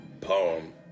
poem